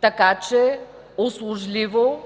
така че услужливо